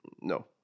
No